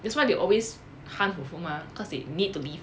that's why they always hunt for food mah cause they need to live